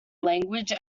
language